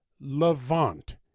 Levant